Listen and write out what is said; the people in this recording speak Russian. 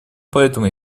поэтому